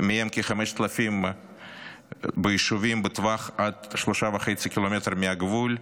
מהם כ-5,000 ביישובים בטווח של עד 3.5 קילומטר מהגבול,